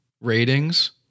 ratings